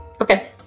okay